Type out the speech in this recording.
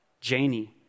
Janie